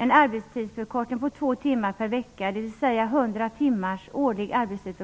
En arbetstidsförkortning på två timmar per vecka, dvs. 100 1 665